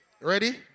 Ready